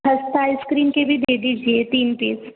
खस्ता ice cream ice cream के भी दे दीजिए तीन पीस